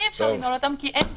שאי-אפשר לנעול אותם כי אין גידור.